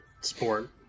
sport